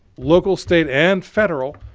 local, state, and federal,